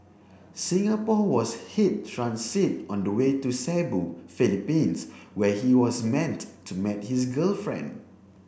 Singapore was his transit on the way to Cebu Philippines where he was meant to meet his girlfriend